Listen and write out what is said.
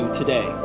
today